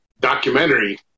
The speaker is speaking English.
documentary